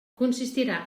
consistirà